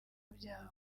byabo